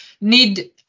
need